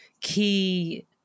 key